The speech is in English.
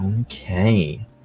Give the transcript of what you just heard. okay